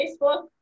Facebook